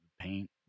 paint